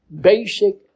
basic